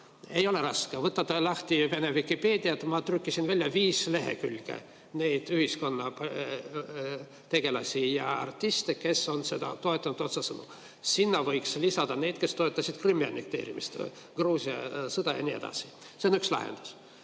Ei ole raske, võtke lahti Vene Vikipedija. Ma trükkisin välja kuni viis lehekülge neid ühiskonnategelasi ja artiste, kes on sõda otsesõnu toetanud. Sinna võiks lisada veel need, kes on toetanud Krimmi annekteerimist, Gruusia sõda ja nii edasi. See on üks lahendus.